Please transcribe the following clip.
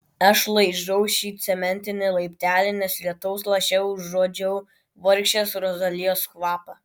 aš laižau šį cementinį laiptelį nes lietaus laše užuodžiau vargšės rozalijos kvapą